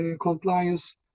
compliance